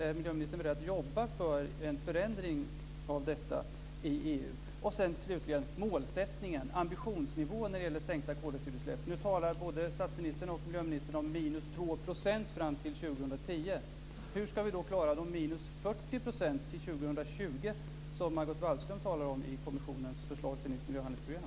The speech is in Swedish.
Är miljöministern beredd att jobba för en förändring av detta i EU? Slutligen vill jag fråga om målsättningen, ambitionsnivån när det gäller sänkta koldioxidutsläpp. Nu talar både statsministern och miljöministern om minus 2 % fram till 2010. Hur ska vi då klara de minus 40 % till 2020 som Margot Wallström talar om i kommissionens förslag till nytt miljöhandlingsprogram?